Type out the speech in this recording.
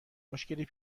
مشکلی